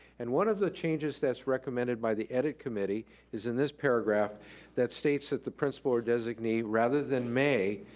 and one of the changes that's recommended by the edit committee is in this paragraph that states that the principal or designee, rather than may,